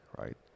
right